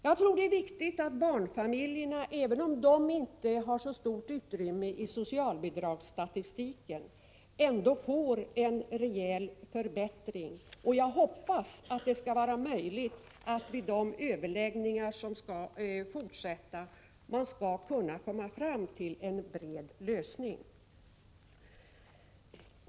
Jag tror det är viktigt att barnfamiljerna, även om de inte har så stort utrymme i socialbidragsstatistiken, ändå får en rejäl förbättring. Jag hoppas därför att det skall bli möjligt att vid de överläggningar som skall fortsättas komma fram till en bred lösning.